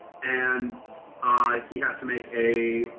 and ah he has to make a